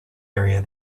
area